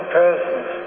persons